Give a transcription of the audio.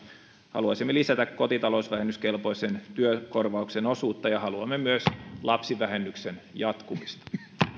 haluaisimme lisätä kotitalousvähennyskelpoisen työkorvauksen osuutta ja haluamme myös lapsivähennyksen jatkumista